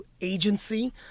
agency